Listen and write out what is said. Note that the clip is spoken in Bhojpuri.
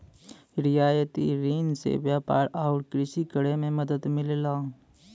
रियायती रिन से व्यापार आउर कृषि करे में मदद मिलला